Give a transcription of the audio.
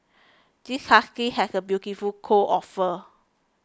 this husky has a beautiful coat of fur